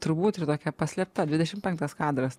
turbūt ir tokia paslėpta dvidešim penktas kadras